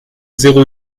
zéro